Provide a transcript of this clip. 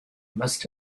must